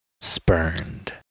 spurned